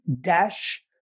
dash